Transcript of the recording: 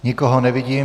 Nikoho nevidím.